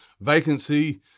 vacancy